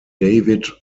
david